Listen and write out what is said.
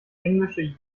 englische